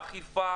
אכיפה